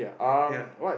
ya ya